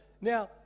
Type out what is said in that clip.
Now